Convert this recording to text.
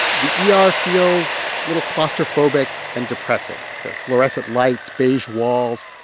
the yeah ah er feels a little claustrophobic and depressing. there are fluorescent lights, beige walls,